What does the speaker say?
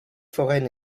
foraine